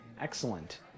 Excellent